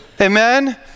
Amen